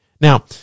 Now